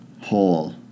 whole